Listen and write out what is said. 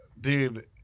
Dude